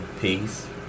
Peace